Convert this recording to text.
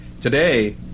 today